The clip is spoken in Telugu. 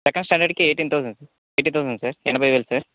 సెకండ్ స్టాండర్డ్కి ఎయిటీన్ థౌసండ్ ఎయిటీ థౌసండ్ ఎనభై వేలు సార్